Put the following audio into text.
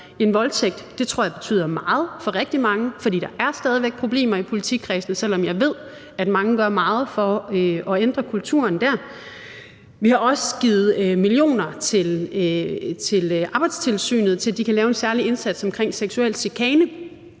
tror jeg betyder meget for rigtig mange, for der er stadig væk problemer i politikredsene, selv om jeg ved, at mange gør meget for at ændre kulturen dér. Vi har også givet millioner til Arbejdstilsynet, til at de kan lave en særlig indsats omkring seksuel chikane